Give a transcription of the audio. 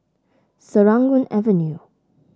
Serangoon Avenue